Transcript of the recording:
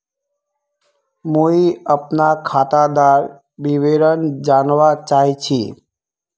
मुई अपना खातादार विवरण जानवा चाहची?